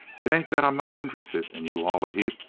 it ain't that i'm not interested in you-all a heap!